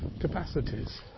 capacities